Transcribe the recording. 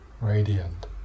radiant